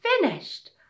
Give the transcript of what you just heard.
finished